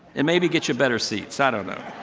and maybe get you better seats. on.